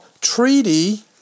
treaty